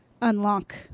unlock